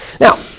Now